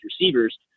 receivers